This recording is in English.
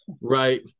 right